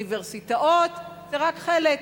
ואוניברסיטאות רק חלק.